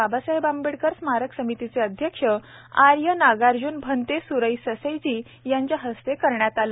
बाबासाहेबआंबेडकरस्मारकसमितीचेअध्यक्षआर्यनागार्जुनभंतेसुरईससाईयांच्याहस्तेकरण्यातआले